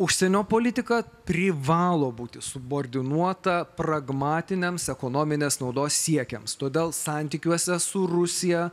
užsienio politika privalo būti subordinuota pragmatiniams ekonominės naudos siekiams todėl santykiuose su rusija